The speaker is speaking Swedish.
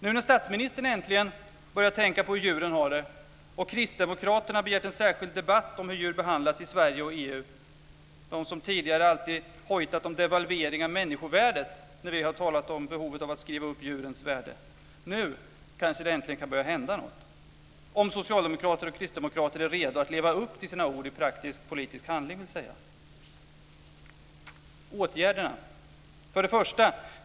Nu när statsministern äntligen börjat tänka på hur djuren har det, och kristdemokraterna begärt en särskild debatt om hur djur behandlas i Sverige och i EU - de som tidigare alltid hojtat om devalvering av människovärdet när vi har talat om behovet av att skriva upp djurens värde - kan det kanske äntligen börja hända någonting, dvs. om socialdemokrater och kristdemokrater är redo att leva upp till sina ord i praktisk politisk handling. Så till mina förslag till åtgärder: 1.